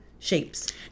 shapes